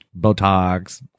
Botox